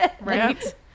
right